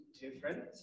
different